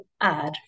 add